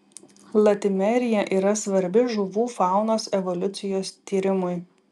latimerija yra svarbi žuvų faunos evoliucijos tyrimui